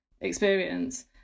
experience